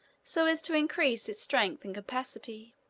so as to increase its strength and capacity.